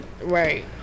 Right